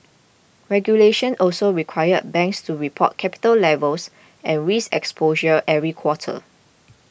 regulations also require banks to report capital levels and risk exposure every quarter